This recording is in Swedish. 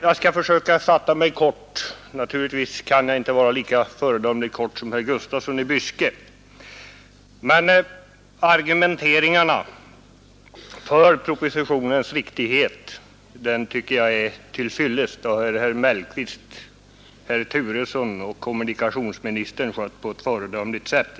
Jag skall emellertid försöka fatta mig kort, även om jag naturligtvis inte kan vara lika föredömligt kort som herr Gustafsson i Byske. Argumenteringen för propositionen tycker jag är till fyllest. Den saken har herrar Mellqvist och Turesson samt kommunikationsministern skött på ett föredömligt sätt.